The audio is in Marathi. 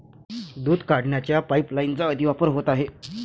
दूध काढण्याच्या पाइपलाइनचा अतिवापर होत आहे